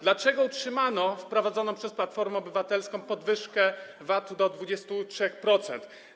Dlaczego utrzymano wprowadzoną przez Platformę Obywatelską podwyżkę VAT do 23%?